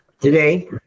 Today